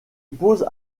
pose